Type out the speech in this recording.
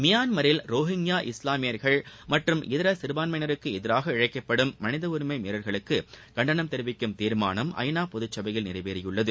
மியான்மரில் ரொஹிங்கியா இஸ்லாமியர்கள் மற்றும் இதர சிறுபான்மையினருக்கு எதிராக இழைக்கப்படும் மனித உரிமை மீறல்களுக்கு கண்டனம் தெரிவிக்கும் தீர்மானம் ஐ நா பொதுச் சபையில் நிறைவேறியுள்ளது